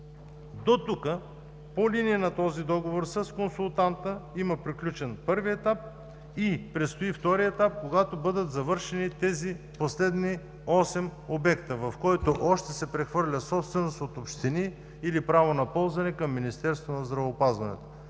Дотук по линия на този договор с консултанта има приключен първи етап и предстои втори етап, когато бъдат завършени тези последни осем обекта, в който още се прехвърля собственост от общини или право на ползване към Министерство на здравеопазването.